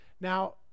now